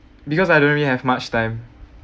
because I don't really have much time